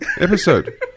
episode